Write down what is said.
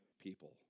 people